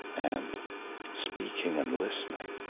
and speaking and listening